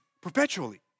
perpetually